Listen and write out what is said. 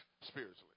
spiritually